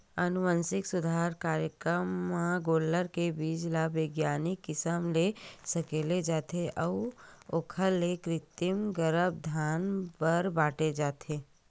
अनुवांसिक सुधार कारयकरम म गोल्लर के बीज ल बिग्यानिक किसम ले सकेले जाथे अउ ओखर ले कृतिम गरभधान बर बांटे जाथे